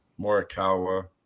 Morikawa